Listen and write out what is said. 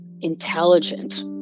intelligent